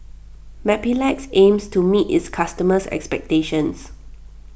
Mepilex aims to meet its customers' expectations